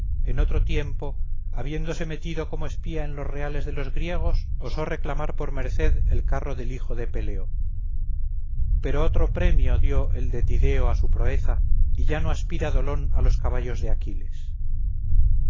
en otro tiempo habiéndose metido como espía en los reales de los griegos osó reclamar por merced el carro del hijo de peleo pero otro premio dio el de tideo a su proeza y ya no aspira dolón a los caballos de aquiles